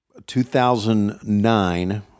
2009